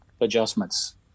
adjustments